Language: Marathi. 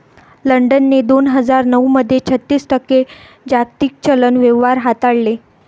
लंडनने दोन हजार नऊ मध्ये छत्तीस टक्के जागतिक चलन व्यवहार हाताळले